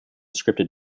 scripted